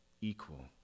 equal